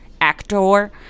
actor